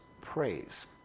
praise